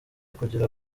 kugira